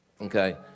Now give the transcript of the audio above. okay